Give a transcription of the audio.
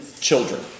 children